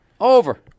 over